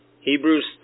Hebrews